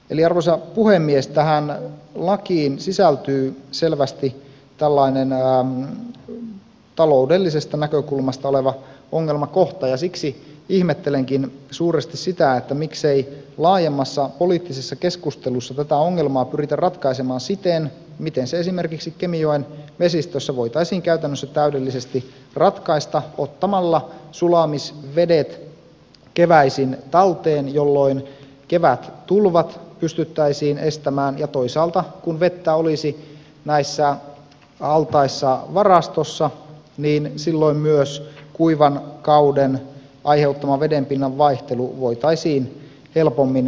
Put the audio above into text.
eli arvoisa puhemies tähän lakiin sisältyy selvästi tällainen taloudellisesta näkökulmasta oleva ongelmakohta ja siksi ihmettelenkin suuresti sitä miksei laajemmassa poliittisessa keskustelussa tätä ongelmaa pyritä ratkaisemaan siten miten se esimerkiksi kemijoen vesistössä voitaisiin käytännössä täydellisesti ratkaista ottamalla sulamisvedet keväisin talteen jolloin kevättulvat pystyttäisiin estämään ja toisaalta kun vettä olisi näissä altaissa varastossa niin silloin myös kuivan kauden aiheuttama vedenpinnan vaihtelu voitaisiin helpommin tasata